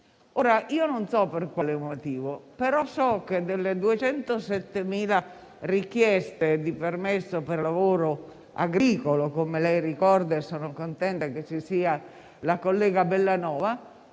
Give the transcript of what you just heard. Ora, non so per quale motivo, però delle 207.000 richieste di permesso per lavoro agricolo, come lei ricorda - e sono contenta che ci sia la collega Bellanova,